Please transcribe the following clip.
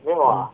hmm